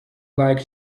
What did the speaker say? like